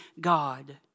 God